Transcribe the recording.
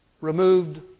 removed